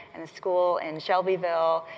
and a school in shelbyville.